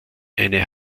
eine